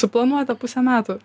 suplanuota pusę metų